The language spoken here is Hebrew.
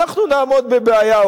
אנחנו נעמוד בבעיה,